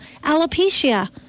Alopecia